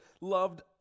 loved